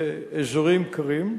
באזורים קרים,